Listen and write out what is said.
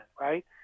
right